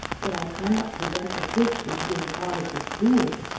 but i cannot prevent his history being taught at the school,